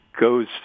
goes